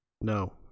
No